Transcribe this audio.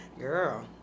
girl